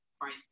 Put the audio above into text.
price